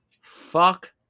Fuck